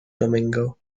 domingo